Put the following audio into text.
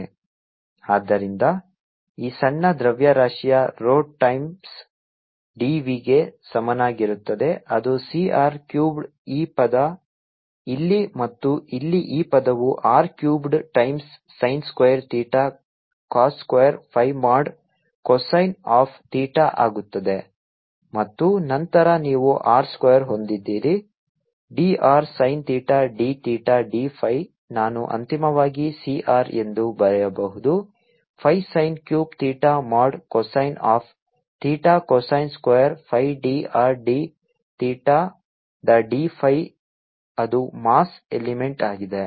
dVr2drsinθdθdϕ rθϕCx2zCr2ϕ r|cosθ| ಆದ್ದರಿಂದ ಈ ಸಣ್ಣ ದ್ರವ್ಯರಾಶಿಯು rho ಟೈಮ್ಸ್ dv ಗೆ ಸಮನಾಗಿರುತ್ತದೆ ಅದು C r ಕ್ಯುಬೆಡ್ ಈ ಪದ ಇಲ್ಲಿ ಮತ್ತು ಇಲ್ಲಿ ಈ ಪದವು r cubed times sin square theta cos square phi mod cosine of theta ಆಗುತ್ತದೆ ಮತ್ತು ನಂತರ ನೀವು r ಸ್ಕ್ವೇರ್ ಹೊಂದಿದ್ದೀರಿ d R sin theta d theta d phi ನಾನು ಅಂತಿಮವಾಗಿ C r ಎಂದು ಬರೆಯಬಹುದು 5 sin cube theta mod cosine of theta cosine square phi d R d ಥೀಟಾ the d phi ಅದು ಮಾಸ್ ಎಲಿಮೆಂಟ್ ಆಗಿದೆ